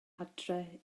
adre